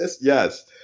Yes